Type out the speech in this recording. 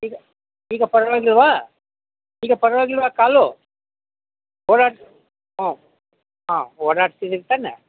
ಈಗ ಈಗ ಪರವಾಗಿಲ್ವಾ ಈಗ ಪರವಾಗಿಲ್ವಾ ಕಾಲು ಓಡಾಡಿ ಹಾಂ ಹಾಂ ಓಡಾಡ್ತಿದೀರ ತಾನೆ